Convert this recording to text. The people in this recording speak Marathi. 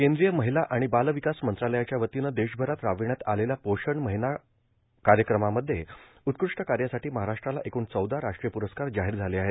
कद्रीय र्माहला आर्गाण बाल वकास मंत्रालयाच्या वतीनं देशभरात राबवण्यात आलेल्या पोषण र्माहना कायक्रमामध्ये उत्कृष्ट कायासाठी महाराष्ट्राला एकूण चौदा राष्ट्रीय प्रस्कार जाहौर झाले आहेत